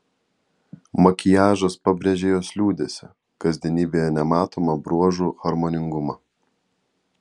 makiažas pabrėžė jos liūdesį kasdienybėje nematomą bruožų harmoningumą